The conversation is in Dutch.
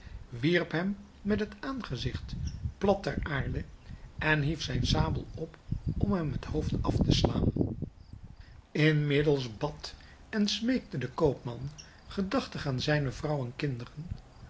wierp hem met het aangezigt plat ter aarde en hief zijn sabel op om hem het hoofd af te slaan inmiddels bad en smeekte de koopman gedachtig aan zijne vrouw en kinderen